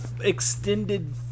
extended